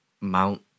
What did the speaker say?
Mount